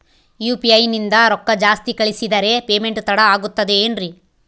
UPI ನಿಂದ ರೊಕ್ಕ ಜಾಸ್ತಿ ಕಳಿಸಿದರೆ ಪೇಮೆಂಟ್ ತಡ ಆಗುತ್ತದೆ ಎನ್ರಿ?